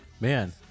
man